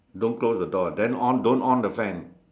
don't close the door then on don't on the fan